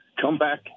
comeback